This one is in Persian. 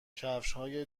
کفشهای